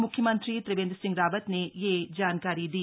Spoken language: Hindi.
मुख्यमंत्री त्रिवेंद्र सिंह रावत ने यह जानकारी दी